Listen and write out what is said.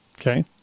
Okay